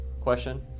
question